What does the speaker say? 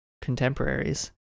contemporaries